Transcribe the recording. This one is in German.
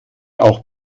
auch